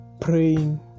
praying